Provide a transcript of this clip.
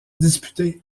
disputer